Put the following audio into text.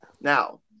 Now